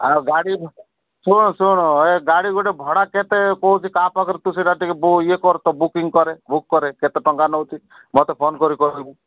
ଆଉ ଗାଡ଼ି ଶୁଣ ଶୁଣ ଏ ଗାଡ଼ି ଗୋଟେ ଭଡ଼ା କେତେ କହୁଛି କାହା ପାଖରେ ତୁ ସେଇଟା ଟିକେ ବୁଝ୍ ଇଏ କର୍ ତ ବୁକିଂ କରେ ବୁକ୍ କରେ କେତେ ଟଙ୍କା ନେଉଛି ମୋତେ ଫୋନ୍ କରି କହିବୁ